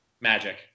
Magic